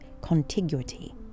contiguity